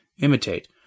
imitate